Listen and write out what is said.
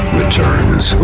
returns